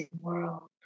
world